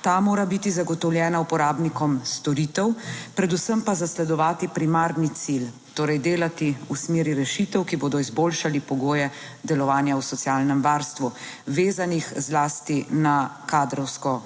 Ta mora biti zagotovljena uporabnikom storitev, predvsem pa zasledovati primarni cilj, torej delati v smeri rešitev, ki bodo izboljšali pogoje delovanja v socialnem varstvu, vezanih zlasti na kadrovsko